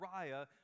Uriah